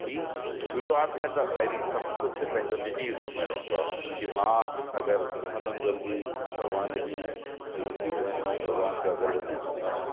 इहा शरूआत में त पहिरीं सभु कुझु पंहिंजो नीजी रूप में रहंदो आहे की मां अगरि उथंदमि जल्दी भॻिवान जी मुर्ती धुईंदुमि भॻिवान खे अगरबत्ती कंदुमि